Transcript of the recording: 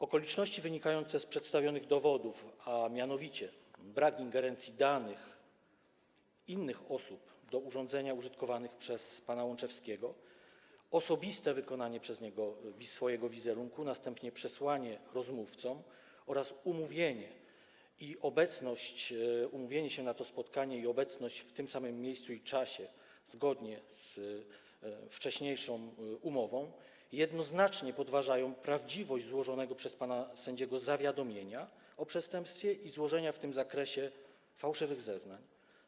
Okoliczności wynikające z przedstawionych dowodów, a mianowicie brak ingerencji innych osób w dane na urządzeniach użytkowanych przez pana Łączewskiego, osobiste wykonanie przez niego swojego wizerunku, następnie przesłanie go rozmówcom oraz umówienie się na to spotkanie i obecność w tym samym miejscu i czasie zgodnie z wcześniejszą umową, jednoznacznie podważają prawdziwość złożonego przez pana sędziego zawiadomienia o przestępstwie i złożenia w tym zakresie fałszywych zeznań.